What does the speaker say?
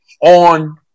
on